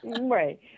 Right